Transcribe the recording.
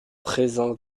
présents